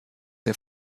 der